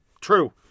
true